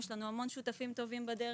יש לנו גם המון שותפים טובים בדרך,